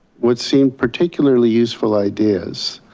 what seemed particularly useful ideas.